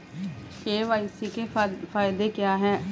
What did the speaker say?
KYC के फायदे क्या है?